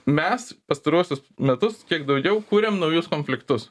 mes pastaruosius metus kiek daugiau kuriam naujus konfliktus